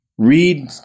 Read